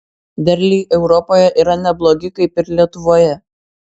derliai europoje yra neblogi kaip ir lietuvoje